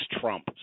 Trump